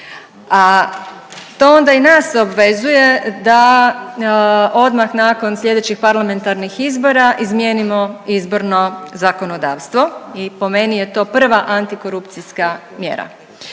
to onda i nas obvezuje da odmah nakon sljedećih parlamentarnih izbora izmijenimo izborno zakonodavstvo i po meni je to prva antikorupcijska mjera.